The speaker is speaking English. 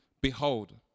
Behold